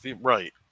right